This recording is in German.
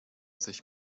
sich